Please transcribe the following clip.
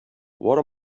what